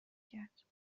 کرد